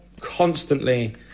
constantly